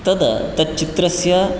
तदा तच्चित्रस्य